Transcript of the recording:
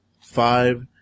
five